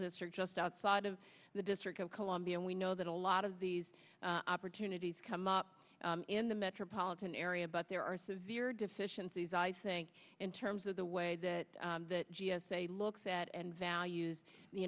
district just outside of the district of columbia and we know that a lot of these opportunities come up in the metropolitan area but there are severe deficiencies i think in terms of the way that the g s a looks at and values the